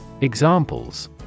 Examples